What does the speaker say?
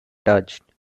touched